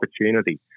opportunity